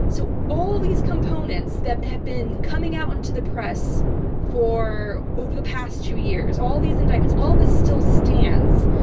so, all these components that had been coming out into the press for over the past two years, all these indictments, all this still stands.